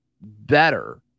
better